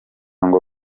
ngo